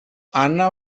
anna